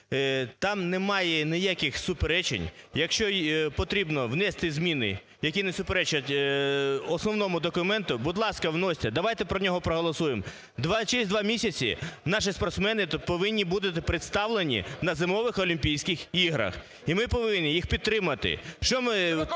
там немає ніяких суперечень, якщо і потрібно внести зміни, які не суперечать основному документу, будь ласка, вносьте, давайте про нього проголосуємо. Через два місяці наші спортсмени повинні бути представлені на Зимових олімпійських іграх і ми повинні їх підтримати.